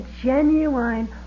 genuine